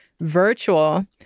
virtual